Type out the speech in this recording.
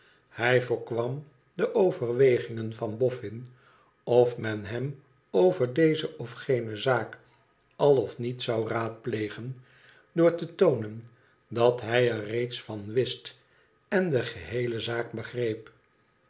hij voorkwam de overwegingen van boffin of men hem over deze of geene zaak al of niet zou raadplegen door te toonen dat hij er reeds van wist en de geheele zaak begreep